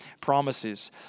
promises